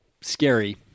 scary